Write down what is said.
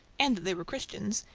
and that they were christians,